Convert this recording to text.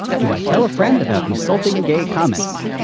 do i tell a friend about insulting gay comments?